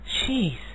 Jeez